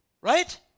Right